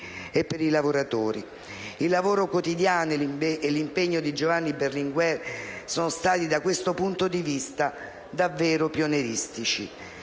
per i lavoratori. Il lavoro quotidiano e l'impegno di Giovanni Berlinguer sono stati da questo punto di vista davvero pionieristici.